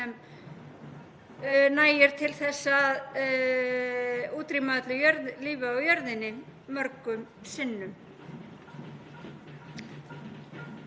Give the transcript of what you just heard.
Það sem einnig er að gerast er að rætt hefur verið um möguleikann á að nota